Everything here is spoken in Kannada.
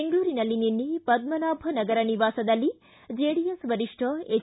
ಬೆಂಗಳೂರಿನಲ್ಲಿ ನಿನ್ನೆ ಪದ್ಮನಾಭ ನಗರ ನಿವಾಸದಲ್ಲಿ ಜೆಡಿಎ ವರಿಷ್ಠ ಎಚ್